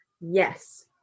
Yes